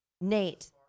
Nate